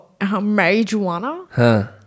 marijuana